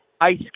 Ice